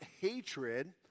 hatred